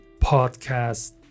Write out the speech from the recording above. podcast